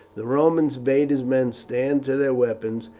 the roman bade his men stand to their weapons,